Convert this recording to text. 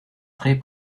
très